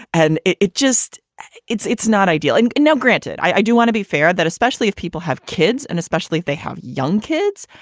and it it just it's it's not ideal. and, you and know, granted, i do want to be fair that especially if people have kids and especially if they have young kids,